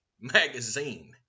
magazine